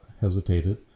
hesitated